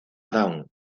dawn